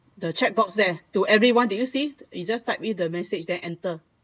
the chat box there to everyone did you see it just typed in the message then enter